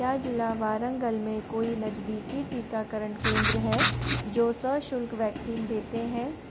क्या जिला वारंगल में कोई नजदीकी टीकाकरण केंद्र है जो सशुल्क वैक्सीन देते हैं